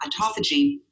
autophagy